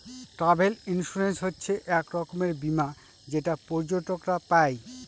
travel insurance হচ্ছে এক রকমের বীমা যেটা পর্যটকরা পাই